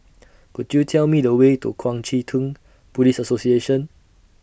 Could YOU Tell Me The Way to Kuang Chee Tng Buddhist Association